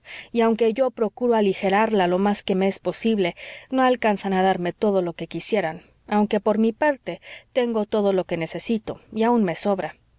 y aunque yo procuro aligerarla lo más que me es posible no alcanzan a darme todo lo que quisieran aunque por mi parte tengo todo lo que necesito y aun me sobra